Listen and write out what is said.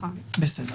בסדר.